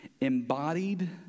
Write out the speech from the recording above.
embodied